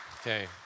Okay